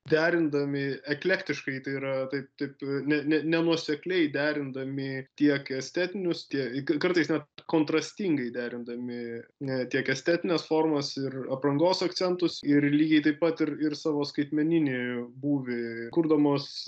derindami eklektiškai tai yra taip taip ne nenuosekliai derindami tiek estetinius tiek kartais net kontrastingai derindami ne tiek estetines formos ir aprangos akcentus ir lygiai taip pat ir ir savo skaitmeninį būvį kurdamos